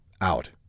Out